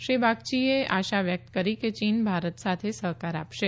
શ્રી બગચીએ આશા વ્યક્ત કરી કે ચીન ભારત સાથે સહકાર આપશે